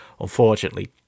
unfortunately